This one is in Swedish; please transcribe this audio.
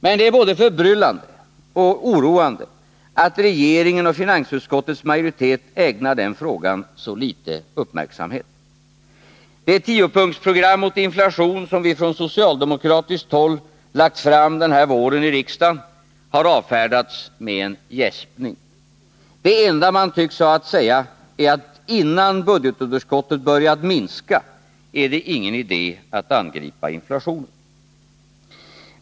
Men det är både förbryllande och oroande att regeringen och finansutskottets majoritet ägnar den frågan så liten uppmärksamhet. Det tiopunktsprogram mot inflation som vi från socialdemokratiskt håll lagt fram denna vår i riksdagen har avfärdats med en gäspning. Det enda man tycks ha att säga är att innan budgetunderskottet börjat minska är det ingen idé att angripa inflationen.